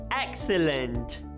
Excellent